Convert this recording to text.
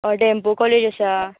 हय डॅम्पो कॉलेज आसा